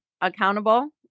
accountable